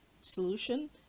solution